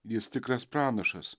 jis tikras pranašas